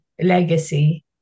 legacy